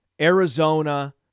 Arizona